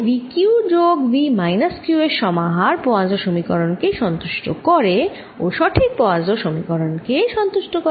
তাই V q যোগ V minus q এর সমাহার পোয়াসোঁ সমীকরণ কে সন্তুষ্ট করে ও সঠিক পোয়াসোঁ সমীকরণ কে সন্তুষ্ট করে